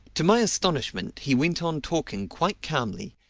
to my astonishment he went on talking quite calmly,